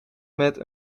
met